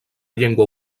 llengua